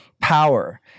power